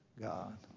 God